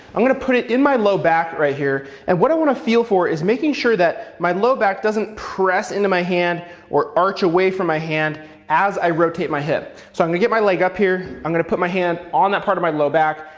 i'm going to put it in my low back right here, and what i want to feel for, is making sure that my low back doesn't press into my hand or arch away from my hand as i rotate my hip. so i'm going to get my leg up here, i'm going to put my hand on that part of my low back,